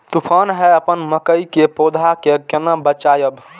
तुफान है अपन मकई के पौधा के केना बचायब?